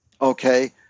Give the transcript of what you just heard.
okay